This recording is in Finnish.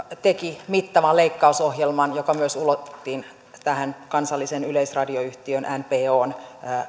teki mittavan leikkausohjelman joka myös ulotettiin tähän kansallisen yleisradioyhtiön npon